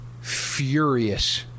furious